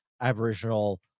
aboriginal